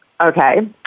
Okay